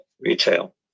Retail